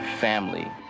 family